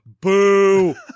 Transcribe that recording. Boo